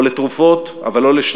או לתרופות, אבל לא לשניהם.